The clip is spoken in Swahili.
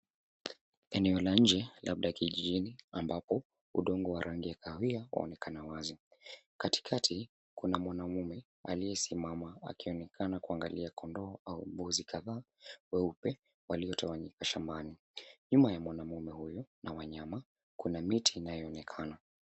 Eneo la nje labda kijijini, ambapo udongo wa rangi ya kahawia waonekana wazi. Katikati kuna mwanaume, aliyesimama akionekana kuangalia kondoo au mbuzi kadhaa weupe, waliotawanyika shambani. Nyuma ya mwanaume huyu na wanyama, kuna miti inayoonekana.